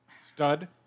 Stud